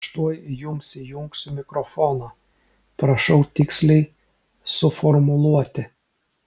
aš tuoj jums įjungsiu mikrofoną prašau tiksliai suformuluoti